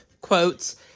Quotes